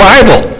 Bible